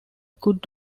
could